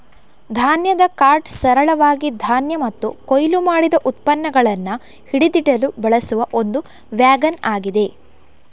ಧಾನ್ಯದ ಕಾರ್ಟ್ ಸರಳವಾಗಿ ಧಾನ್ಯ ಮತ್ತು ಕೊಯ್ಲು ಮಾಡಿದ ಉತ್ಪನ್ನಗಳನ್ನ ಹಿಡಿದಿಡಲು ಬಳಸುವ ಒಂದು ವ್ಯಾಗನ್ ಆಗಿದೆ